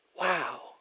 Wow